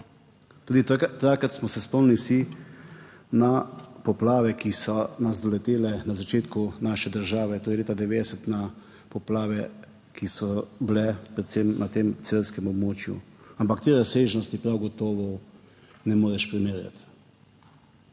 Tudi takrat smo se spomnili vsi na poplave, ki so nas doletele na začetku naše države, torej leta 1990, na poplave, ki so bile predvsem na tem celjskem območju, ampak te razsežnosti prav gotovo ne moreš primerjati.